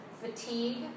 fatigue